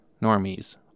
normies